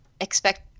expect